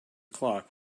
clock